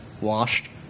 washed